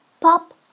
Pop